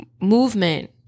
movement